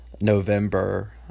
november